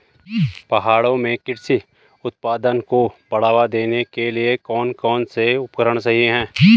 पहाड़ों में कृषि उत्पादन को बढ़ावा देने के लिए कौन कौन से उपकरण सही हैं?